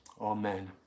amen